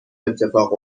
اتفاق